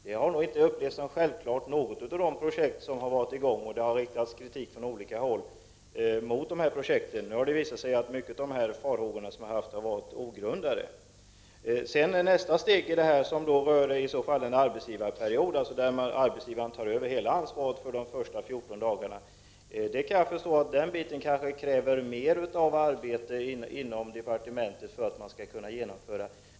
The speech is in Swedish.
Knappast något av de projekt som har genomförts har varit självklart, och det har också riktats kritik mot dem från olika håll. Nu har det visat sig att många farhågor har varit ogrundade. Nästa steg som rör en arbetsgivarperiod där arbetsgivaren tar över hela ansvaret för de första 14 dagarnas sjukfrånvaro kräver kanske mer arbete inom departementet innan det kan genomföras.